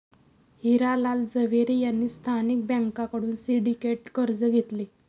हिरा लाल झवेरी यांनी स्थानिक बँकांकडून सिंडिकेट कर्ज घेतले